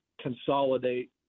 consolidate